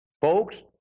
Folks